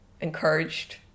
encouraged